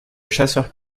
chasseur